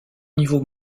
niveau